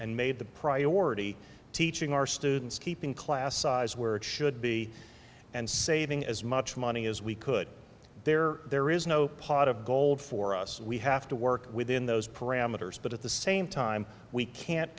and made the priority teaching our students keeping class size where it should be and saving as much money as we could there there is no pot of gold for us we have to work within those parameters but at the same time we can't